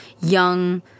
young